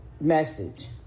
message